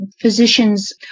physicians